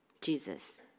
Jesus